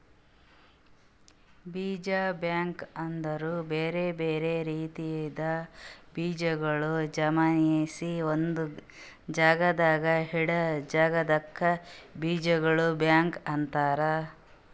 ಬೀಜ ಬ್ಯಾಂಕ್ ಅಂದುರ್ ಬ್ಯಾರೆ ಬ್ಯಾರೆ ರೀತಿದ್ ಬೀಜಗೊಳ್ ಜಮಾಯಿಸಿ ಒಂದು ಜಾಗದಾಗ್ ಇಡಾ ಜಾಗಕ್ ಬೀಜಗೊಳ್ದು ಬ್ಯಾಂಕ್ ಅಂತರ್